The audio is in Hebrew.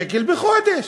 בחודש.